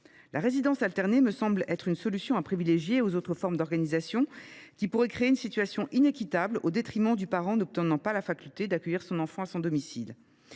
La résidence alternée me semble une solution à privilégier aux autres formes d’organisation, qui pourraient créer une situation inéquitable au détriment du parent n’obtenant pas le droit d’accueillir son enfant à son domicile.